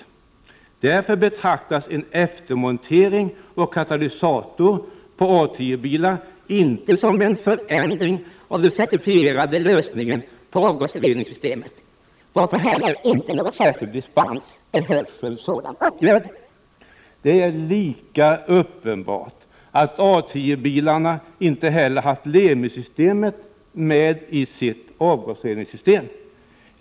Därför betraktas en eftermontering av katalysator på A 10-bilar inte som en förändring av den certifierade lösningen på avgasreningssystemet, varför heller inte någon särskild dispens behövs för en sådan åtgärd.” Det är lika uppenbart att A 10-bilarna inte heller har Lemi-systemet med i sitt avgasreningssystem.